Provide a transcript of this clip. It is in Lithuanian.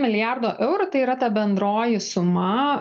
milijardo eurų tai yra ta bendroji suma